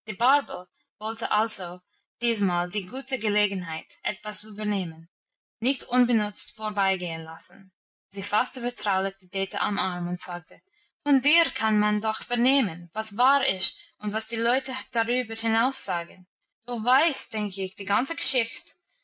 wollte also diesmal die gute gelegenheit etwas zu vernehmen nicht unbenutzt vorbeigehen lassen sie fasste vertraulich die dete am arm und sagte von dir kann man doch vernehmen was wahr ist und was die leute darüber hinaus sagen du weißt denk ich die ganze geschichte